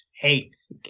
hates